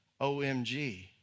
OMG